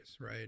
Right